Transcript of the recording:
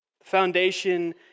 Foundation